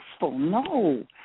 No